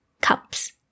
cups